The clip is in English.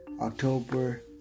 October